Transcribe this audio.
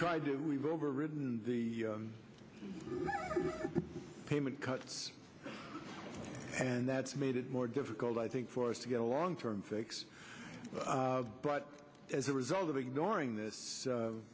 tried to we've overridden the payment cuts and that's made it more difficult i think for us to get a long term fix but as a result of ignoring this